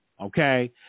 Okay